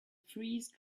freeze